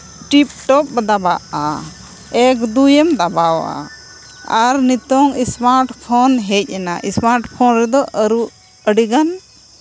tip-top ᱫᱟᱵᱟᱜᱼᱟ ᱮᱠ ᱫᱩᱭᱮᱢ ᱫᱟᱵᱟᱣᱟ ᱟᱨ ᱱᱤᱛᱳᱝ ᱮᱥᱢᱟᱨᱴ ᱯᱷᱳᱱ ᱦᱮᱡᱽ ᱮᱱᱟ ᱮᱥᱢᱟᱨᱴ ᱯᱷᱳᱱ ᱨᱮᱫᱚ ᱟᱹᱨᱩ ᱟᱹᱰᱤᱜᱟᱱ